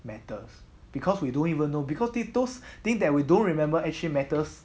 matters because we don't even know because this those thing that we don't remember actually matters